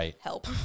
help